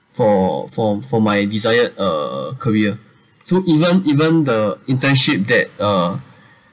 for for for my desired uh career so even even the internship that uh